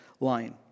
line